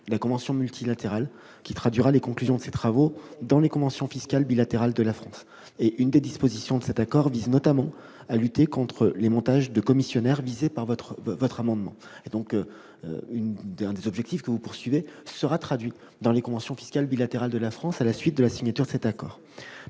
la convention multilatérale qui traduira les conclusions de ces travaux dans les conventions fiscales bilatérales de la France et des autres signataires. L'une des dispositions de cet accord vise notamment à lutter contre les montages de commissionnaires visés par ces amendements. Cet objectif sera donc traduit dans les conventions fiscales bilatérales de la France à la suite de la signature de l'accord.